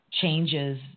changes